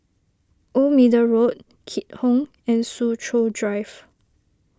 Old Middle Road Keat Hong and Soo Chow Drive